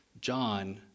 John